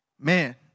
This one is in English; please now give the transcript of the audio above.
Man